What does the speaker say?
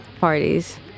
parties